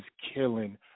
killing